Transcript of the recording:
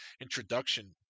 introduction